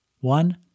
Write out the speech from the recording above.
One